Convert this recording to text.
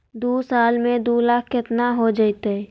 दू साल में दू लाख केतना हो जयते?